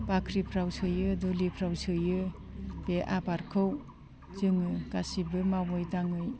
बाख्रिफ्राव सोयो दुलिफ्राव सोयो बे आबादखौ जोङो गासैबो मावै दाङै